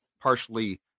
partially